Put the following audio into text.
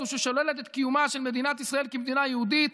זו ששוללת את קיומה של מדינת ישראל כמדינה יהודית,